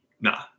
Nah